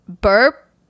burp